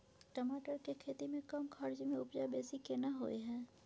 टमाटर के खेती में कम खर्च में उपजा बेसी केना होय है?